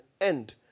end